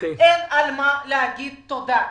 אין על מה להגיד תודה.